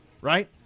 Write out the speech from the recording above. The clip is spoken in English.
Right